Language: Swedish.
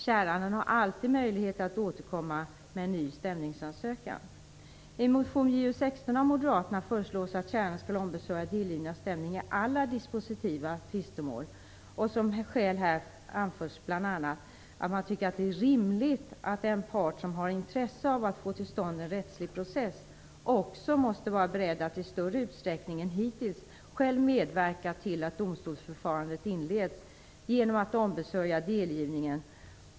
Käranden har alltid möjlighet att återkomma med en ny stämningsansökan. att man tycker att det är rimligt att den part som har intresse av att få till stånd en rättslig process också måste vara beredd att i större utsträckning än hittills själv medverka till att domstolsförfarandet inleds genom att ombesörja delgivningen.